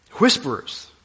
Whisperers